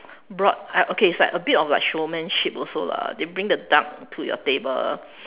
brought I okay it's actually a bit like showmanship also lah they bring the duck to your table